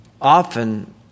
often